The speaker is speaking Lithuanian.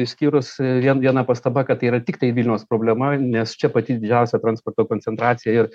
išskyrus vien viena pastaba kad tai yra tiktai vilniaus problema nes čia pati didžiausia transporto koncentracija ir